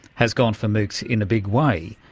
has gone for moocs in a big way.